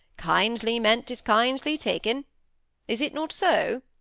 kindly meant is kindly taken is it not so